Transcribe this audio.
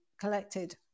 collected